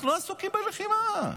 אנחנו עסוקים בלחימה.